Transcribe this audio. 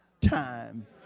time